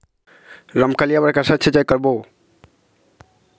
रमकलिया बर कइसे सिचाई करबो?